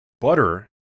butter